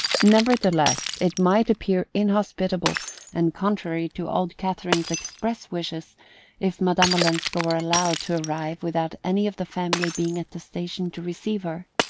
nevertheless, it might appear inhospitable and contrary to old catherine's express wishes if madame olenska were allowed to arrive without any of the family being at the station to receive her.